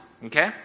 Okay